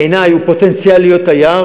בעיני הוא בפוטנציאל להיות תייר,